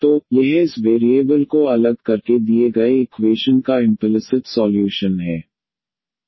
तो यह इस वेरिएबल को अलग करके दिए गए डिफरेंशियल इक्वेशन का इम्पलिसिट सॉल्यूशन है